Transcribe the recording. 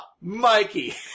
Mikey